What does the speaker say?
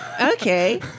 Okay